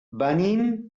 venim